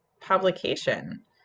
publication